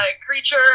creature